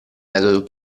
metodo